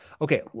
okay